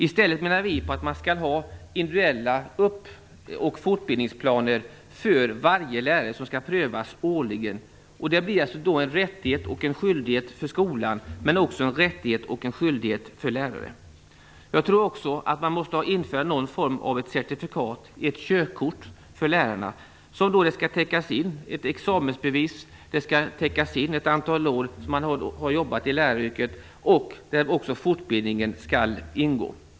I stället menar vi att man skall ha individuella fortbildningsplaner för varje lärare som skall prövas årligen. Det blir en rättighet och en skyldighet för skolan - och för lärarna. Jag tror också att man måste införa någon form av certifikat, ett körkort, för lärarna. Det skall krävas ett examensbevis och att man har jobbat ett antal år i läraryrket. Även fortbildningen skall ingå.